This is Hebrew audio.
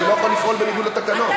אני לא יכול לפעול בניגוד לתקנון.